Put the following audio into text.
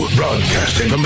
broadcasting